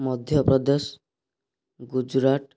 Madhya Pradesh Gujarat